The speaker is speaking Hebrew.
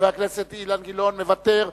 חבר הכנסת גילאון, מוותר.